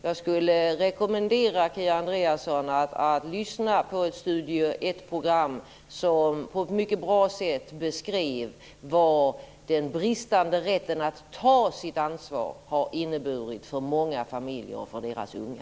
Jag skulle rekommendera Kia Andreasson att lyssna på ett Studio 1-program, som på ett mycket bra sätt beskrev vad den bristande rätten att ta sitt ansvar har inneburit för många familjer och för deras unga.